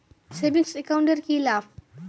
Savings account এর কি লাভ?